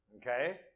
okay